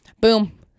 boom